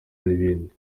n’ibindi